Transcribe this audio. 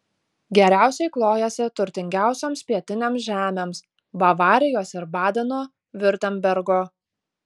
geriausiai klojasi turtingiausioms pietinėms žemėms bavarijos ir badeno viurtembergo